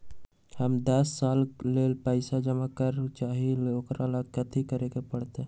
हम दस साल के लेल पैसा जमा करे के चाहईले, ओकरा ला कथि करे के परत?